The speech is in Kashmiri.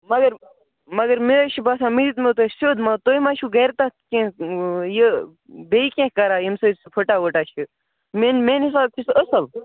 مگر مگر مےٚ حظ چھِ باسان مےٚ دیُتمو تۄہہِ سیٚود ما تُہۍ ما چھُو گَرِ تَتھ کیٚنٛہہ یہِ بیٚیہِ کیٚنٛہہ کَران ییٚمہِ سۭتۍ سُہ پھُٹان وُٹان چھِ میٛٲنۍ میٛانہِ حِساب چھُ سُہ اَصٕل